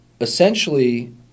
Essentially